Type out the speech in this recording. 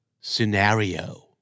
Scenario